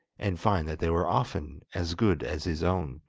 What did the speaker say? and find that they were often as good as his own.